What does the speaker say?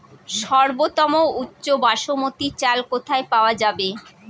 সর্বোওম উচ্চ বাসমতী চাল কোথায় পওয়া যাবে?